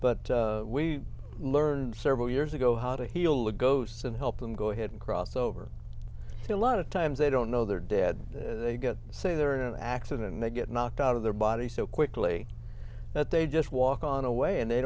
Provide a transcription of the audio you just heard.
but we learned several years ago how to heal the ghosts and help them go ahead and cross over to a lot of times they don't know they're dead they get say they're in an accident and they get knocked out of their body so quickly that they just walk on away and they